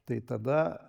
tai tada